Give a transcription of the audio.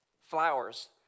Flowers